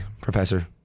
professor